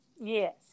Yes